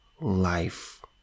life